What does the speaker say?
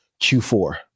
Q4